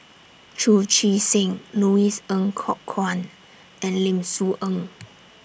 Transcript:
Chu Chee Seng Louis Ng Kok Kwang and Lim Soo Ngee